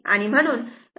म्हणून हे 60 o आहे